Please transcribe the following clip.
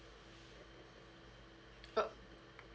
uh